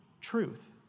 truth